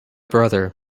brother